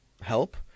help